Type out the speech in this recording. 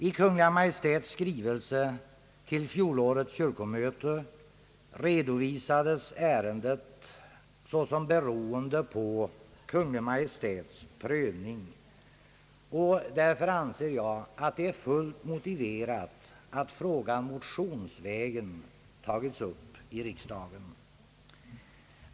I Kungl. Maj:ts skrivelse till fjolårets kyrkomöte redovisades ärendet såsom beroende på Kungl. Maj:ts prövning, och jag anser därför att det är fullt motiverat att frågan motionsvägen tagits upp i riksdagen.